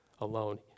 alone